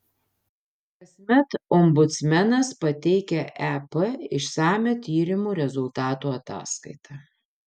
kasmet ombudsmenas pateikia ep išsamią tyrimų rezultatų ataskaitą